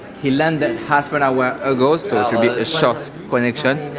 he landed half an hour ago so it will be a short connection.